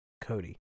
cody